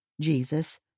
Jesus